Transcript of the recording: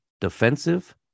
defensive